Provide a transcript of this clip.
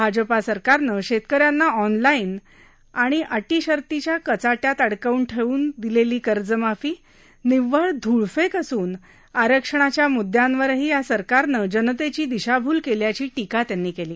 भाजपा सरकारनं शेतकऱ्यांना ऑनलाईन आणि अटीशर्तीच्या कचाट्यात अडकवून ठेवून दिलेली कर्जमाफी निव्वळ धूळफेक असून आरक्षणाच्या म्द्यांवरही या सरकारनं जनतेची दिशाभूल केल्याची टिका त्यांनी केली